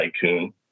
tycoon